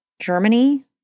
Germany